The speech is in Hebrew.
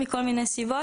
מכל מיני סיבות,